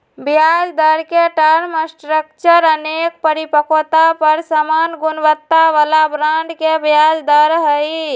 ब्याजदर के term structure अनेक परिपक्वता पर समान गुणवत्ता बला बॉन्ड के ब्याज दर हइ